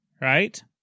right